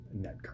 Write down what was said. net